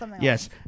Yes